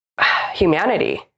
humanity